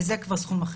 וזה כבר סכום אחר.